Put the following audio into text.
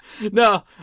No